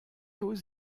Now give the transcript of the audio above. aux